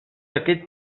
aquest